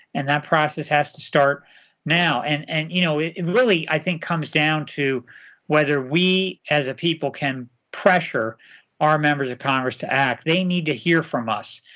and that process has to start now. and and you know it it really, i think, comes down to whether we as a people can pressure our members of congress to act. they need to hear from us.